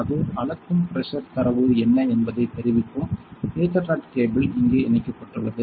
அது அளக்கும் பிரஷர் தரவு என்ன என்பதைத் தெரிவிக்கும் ஈத்தர்நெட் கேபிள் இங்கே இணைக்கப்பட்டுள்ளது